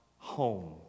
home